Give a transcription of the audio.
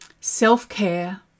Self-care